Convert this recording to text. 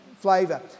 Flavour